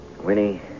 Winnie